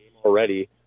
already